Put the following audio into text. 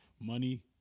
money